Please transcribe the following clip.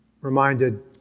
Reminded